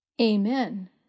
Amen